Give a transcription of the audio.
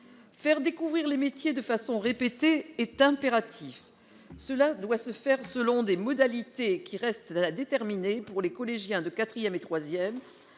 Faire découvrir les métiers de façon répétée est impératif. Cela doit se faire selon des modalités qui restent à déterminer pour les collégiens de quatrième